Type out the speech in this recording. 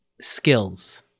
skills